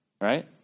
right